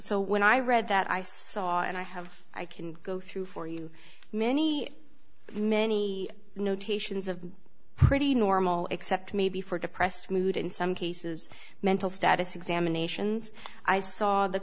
so when i read that i saw and i have i can go through for you many many notations of pretty normal except maybe for depressed mood in some cases mental status examinations i saw the